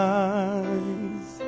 eyes